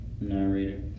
narrator